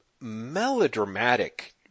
melodramatic